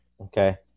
Okay